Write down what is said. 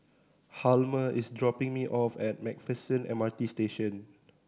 Hjalmer is dropping me off at Macpherson M R T Station